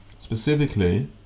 specifically